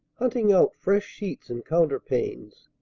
hunting out fresh sheets and counterpanes.